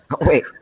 Wait